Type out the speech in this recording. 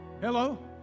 hello